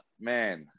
man